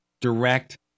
direct